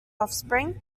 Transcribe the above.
offspring